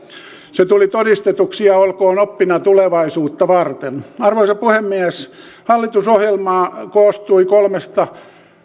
se tuli todistetuksi ja olkoon oppina tulevaisuutta varten arvoisa puhemies hallitusohjelma koostui kolmesta